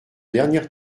dernière